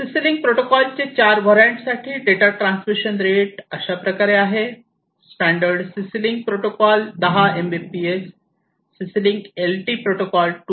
CC link protocol चे चार variant साठी data transmission rate standard CC link protocol 10 Mbps CC link LT protocol 2